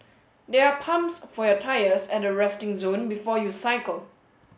there are pumps for your tyres at the resting zone before you cycle